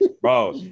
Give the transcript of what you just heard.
bro